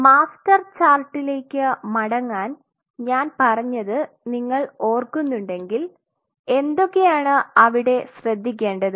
master ചാർട്ട്ലേക്ക് മടങ്ങാൻ ഞാൻ പറഞ്ഞത് നിങ്ങൾ ഓർക്കുന്നുണ്ടെങ്കിൽ എന്തൊക്കെയാണ് അവിടെ ശ്രദ്ധിക്കേണ്ടത്